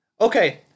Okay